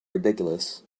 ridiculous